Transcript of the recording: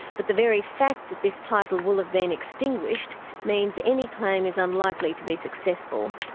but the very fact that this title will have been extinguished, means any claim is unlikely to be successful.